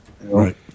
right